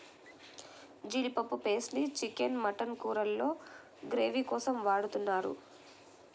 జీడిపప్పు పేస్ట్ ని chicken, mutton కూరల్లో గ్రేవీ కోసం వాడుతున్నారు